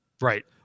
right